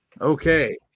okay